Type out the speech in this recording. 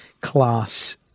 class